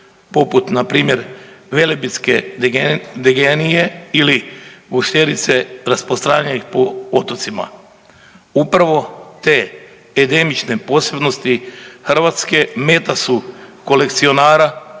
poput npr. Velebitske degenije ili Gušterice rasprostranjenih po otocima. Upravo te endemične posebnosti Hrvatske meta su kolekcionara